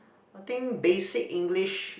I think basic English